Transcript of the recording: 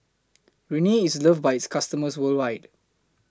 Rene IS loved By its customers worldwide